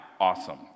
awesome